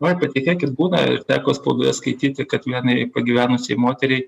oi patikėkit būna ir teko spaudoje skaityti kad vienai pagyvenusiai moteriai